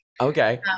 Okay